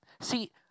See